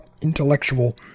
intellectual